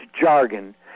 jargon